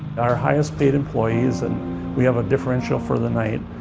our highest-paid employees, and we have a differential for the night.